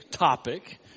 topic